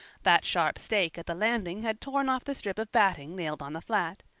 that sharp stake at the landing had torn off the strip of batting nailed on the flat.